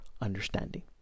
understanding